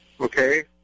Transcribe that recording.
okay